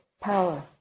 power